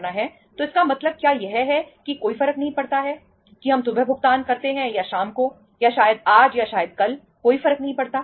तो इसका मतलब क्या यह है कि कोई फर्क नहीं पड़ता है कि हम सुबह भुगतान करते हैं या शाम को या शायद आज या शायद कलकोई फर्क नहीं पड़ता